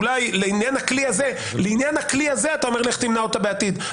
אולי לעניין הכלי הזה אתה אומר לי איך תמנע אותה בעתיד,